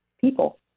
people